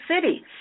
city